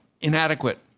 inadequate